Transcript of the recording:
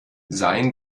seien